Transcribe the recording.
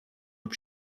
lub